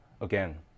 again